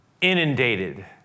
inundated